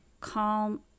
calm